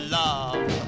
love